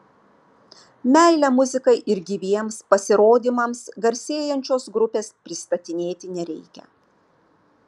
meile muzikai ir gyviems pasirodymams garsėjančios grupės pristatinėti nereikia